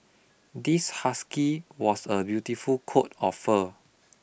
this husky was a beautiful coat of fur